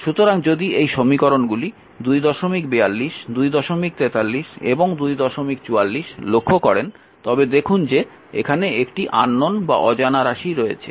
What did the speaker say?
সুতরাং যদি এই সমীকরণগুলি 242 243 এবং 244 লক্ষ্য করেন তবে দেখুন যে এখানে একটি অজানা রাশি রয়েছে